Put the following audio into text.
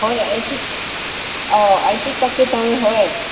ꯍꯣꯏ ꯑꯩꯁꯨ ꯑꯥꯎ ꯑꯩꯁꯨ ꯆꯠꯀꯦ ꯇꯧꯋꯦ ꯍꯣꯏ